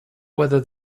whether